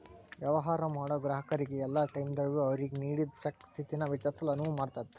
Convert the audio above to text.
ವ್ಯವಹಾರ ಮಾಡೋ ಗ್ರಾಹಕರಿಗೆ ಯಲ್ಲಾ ಟೈಮದಾಗೂ ಅವ್ರಿಗೆ ನೇಡಿದ್ ಚೆಕ್ ಸ್ಥಿತಿನ ವಿಚಾರಿಸಲು ಅನುವು ಮಾಡ್ತದ್